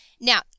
Now